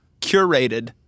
curated